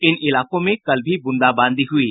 इन इलाकों में कल भी बूंदा बांदी हुयी